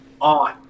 on